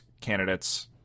candidates